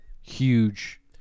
huge